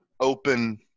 open